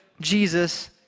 Jesus